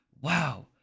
Wow